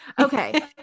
Okay